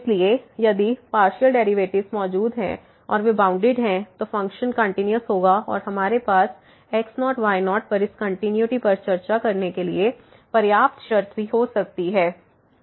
इसलिए यदि partial derivatives मौजूद हैं और वे बाउंडेड हैं तो फ़ंक्शन कंटिन्यूस होगा और हमारे पास x0y0 पर इस कंटिन्यूटी पर चर्चा करने के लिए पर्याप्त शर्त भी हो सकती है